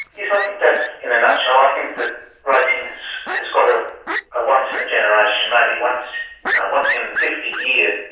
yes, i think that's in a nutshell. i think that racing has got a ah once in a generation, maybe once you know once in fifty year,